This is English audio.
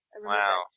Wow